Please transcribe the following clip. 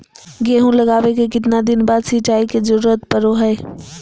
गेहूं लगावे के कितना दिन बाद सिंचाई के जरूरत पड़ो है?